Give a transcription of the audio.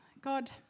God